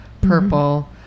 purple